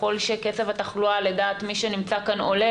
ככל שקצב התחלואה לדעת מי שנמצא כאן עולה,